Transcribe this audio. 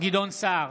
גדעון סער,